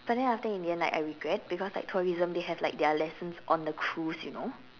but then after in the end like I regret because like tourism they have like their lessons on the cruise you know